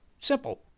Simple